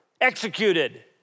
executed